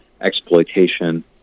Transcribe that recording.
exploitation